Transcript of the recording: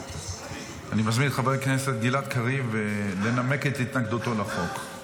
אני מזמין את חבר הכנסת גלעד קריב לנמק את התנגדותו לחוק.